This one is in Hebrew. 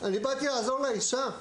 אני באתי לעזור לאישה,